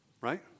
Right